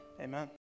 Amen